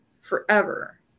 forever